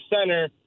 center